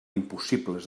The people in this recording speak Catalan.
impossibles